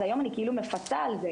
אז היום אני כאילו מפצה על זה,